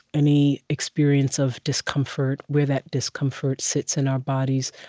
any experience of discomfort where that discomfort sits in our bodies.